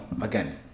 again